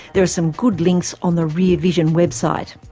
there are some good links on the rear vision website.